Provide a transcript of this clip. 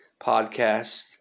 podcast